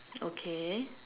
okay